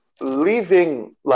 leaving